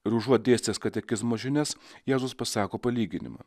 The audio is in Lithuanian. ir užuot dėstęs katekizmo žinias jėzus pasako palyginimą